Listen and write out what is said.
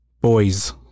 boys